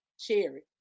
Cherry